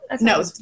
No